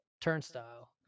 turnstile